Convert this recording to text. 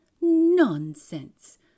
Nonsense